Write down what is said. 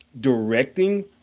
directing